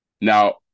Now